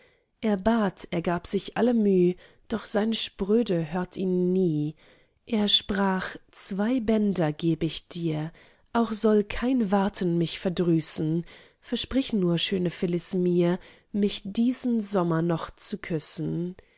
er bat er gab sich alle müh doch seine spröde hört ihn nie er sprach zwei bänder geb ich dir auch soll kein warten mich verdrüßen versprich nur schöne phyllis mir mich diesen sommer noch zu küssen